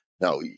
Now